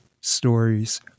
Stories